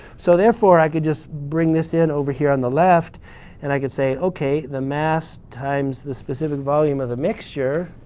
so, therefore, i could just bring this in over here on the left and i could say, okay, the mass times the specific volume of the mixture.